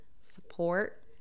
support